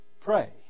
Pray